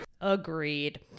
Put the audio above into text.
Agreed